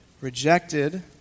rejected